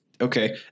Okay